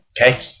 Okay